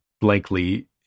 blankly